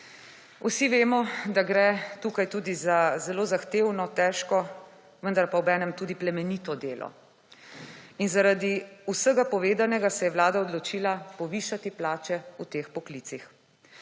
Vsi vemo, da gre tukaj tudi za zelo zahtevno, težko, vendar pa obenem tudi plemenito delo. In zaradi vsega povedanega se je vlada odločila povišati plače v teh poklicih.